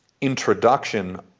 introduction